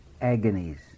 agonies